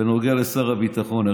בנוגע לשר הביטחון.